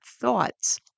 thoughts